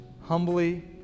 humbly